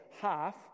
half